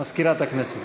מזכירת הכנסת.